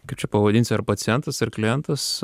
kaip čia pavadinsi ar pacientas ar klientas